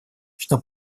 что